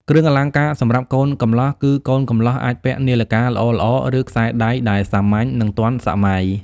គ្រឿងអលង្ការសម្រាប់កូនកំលោះគឺ កូនកំលោះអាចពាក់នាឡិកាល្អៗ ឬ ខ្សែដៃដែលសាមញ្ញ និង ទាន់សម័យ។